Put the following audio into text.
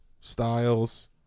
Styles